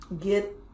get